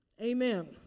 Amen